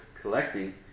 collecting